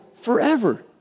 forever